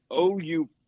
OU